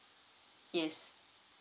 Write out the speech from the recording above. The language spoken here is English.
yes